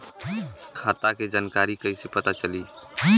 खाता के जानकारी कइसे पता चली?